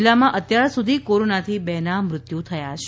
જીલ્લામાં અત્યાર સુધી કોરોનાથી બે ના મૃત્યુ થયાં છે